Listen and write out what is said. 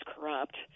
corrupt